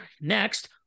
Next